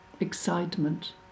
excitement